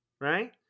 right